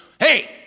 Hey